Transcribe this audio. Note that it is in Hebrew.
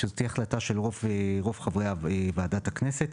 שזו תהיה החלטה של רוב חברי ועדת הכנסת,